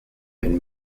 and